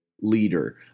leader